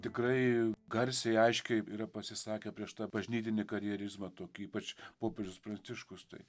tikrai garsiai aiškiai yra pasisakę prieš tą bažnytinį karjerizmą tokį ypač popiežius pranciškus tai